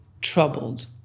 troubled